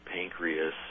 pancreas